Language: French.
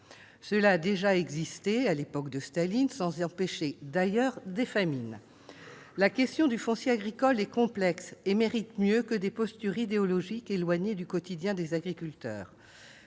Cela a déjà existé à l'époque de Staline, sans empêcher d'ailleurs des famines ... La question du foncier agricole est complexe et mérite mieux que des postures idéologiques éloignées du quotidien des agriculteurs.